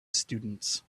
students